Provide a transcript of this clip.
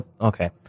okay